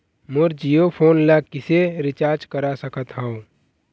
मोर Jio phone ला किसे recharge करा सकत हवं?